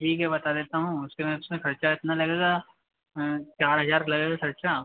ठीक है बता देता हूँ उसके में उसमें ख़र्चा इतना लगेगा चार हज़ार लगेगा ख़र्चा